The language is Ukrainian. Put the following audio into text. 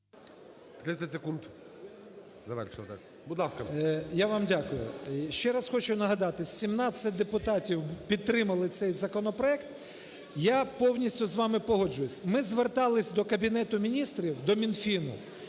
30 секунд, будь ласка.